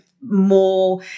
more